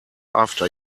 after